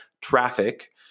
traffic